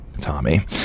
Tommy